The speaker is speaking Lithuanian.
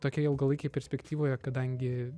tokioje ilgalaikėj perspektyvoje kadangi